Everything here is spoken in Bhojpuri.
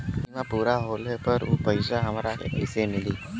बीमा पूरा होले पर उ पैसा हमरा के कईसे मिली?